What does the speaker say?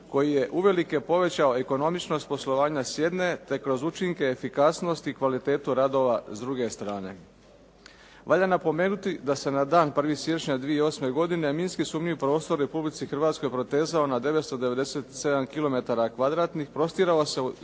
koji je uvelike povećao ekonomičnost poslovanja s jedne, te kroz učinke, efikasnost i kvalitetu radova s druge strane. Valja napomenuti da se na dan 1. siječnja 2008. godine minski sumnjiv prostor u Republici Hrvatskoj protezao na 997 kilometara